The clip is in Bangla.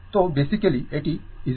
তো বেসিক্যালি এটি 2 volt